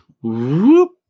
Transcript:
whoop